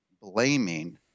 blaming